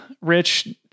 Rich